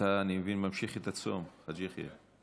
אתה, אני מבין, ממשיך את הצום, חאג' יחיא.